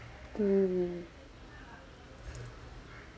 oo